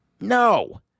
No